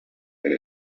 and